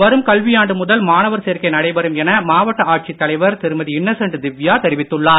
வரும் கல்வியாண்டு முதல் மாணவர் சேர்க்கை நடைபெறும் என மாவட்ட ஆட்சித் தலைவர் திருமதி இன்னசென்ட் திவ்யா தெரிவித்துள்ளார்